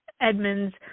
Edmonds